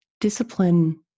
Discipline